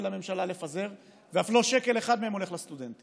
לממשלה לפזר ואף לא שקל אחד מהם הולך לסטודנטים,